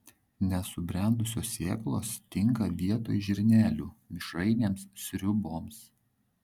nesubrendusios sėklos tinka vietoj žirnelių mišrainėms sriuboms